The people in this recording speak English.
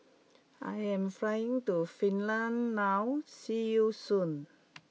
I am flying to Finland now see you soon